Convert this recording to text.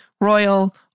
royal